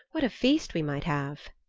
what a feast we might have!